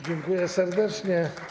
Dziękuję serdecznie.